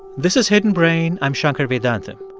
this is hidden brain. i'm shankar vedantam.